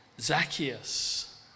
Zacchaeus